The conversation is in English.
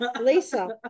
Lisa